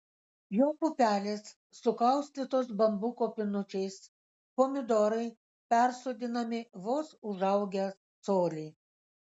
jo pupelės sukaustytos bambuko pinučiais pomidorai persodinami vos užaugę colį